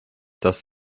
dass